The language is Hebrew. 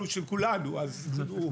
במהלך השבועיים שחלפו, מאז שדנו בו בפעם